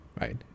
right